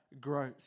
growth